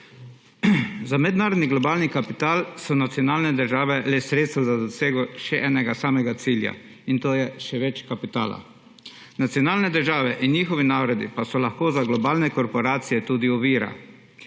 Za mednarodni globalni kapital so nacionalne države le sredstvo za dosego še enega samega cilja in to je še več kapitala. Nacionalne države in njihovi narodi pa so lahko za globalne korporacije tudi ovira;